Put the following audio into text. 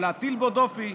אבל להטיל בו דופי,